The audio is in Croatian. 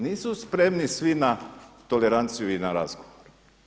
Nisu spremni svi na toleranciju i na razgovor.